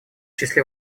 числе